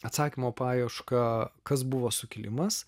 atsakymo paiešką kas buvo sukilimas